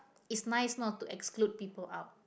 is nice not to exclude people out